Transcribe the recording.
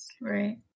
Right